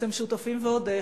אתם שותפים ועוד איך.